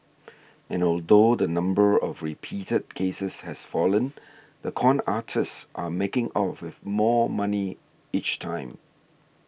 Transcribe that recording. and although the number of reported cases has fallen the con artists are making off with more money each time